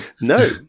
No